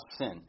sin